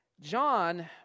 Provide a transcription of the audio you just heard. John